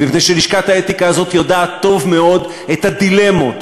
מפני שלשכת האתיקה הזאת יודעת טוב מאוד את הדילמות,